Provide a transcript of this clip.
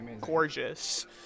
gorgeous